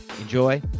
Enjoy